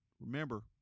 Remember